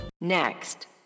Next